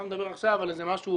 אתה מדבר עכשיו על איזה משהו,